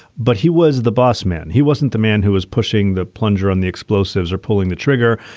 but he was the boss man. he wasn't the man who was pushing the plunger on the explosives or pulling the trigger.